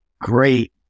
great